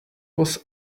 was